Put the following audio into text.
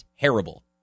terrible